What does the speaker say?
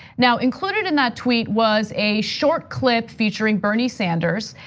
now included in that tweet was a short clip featuring bernie sanders.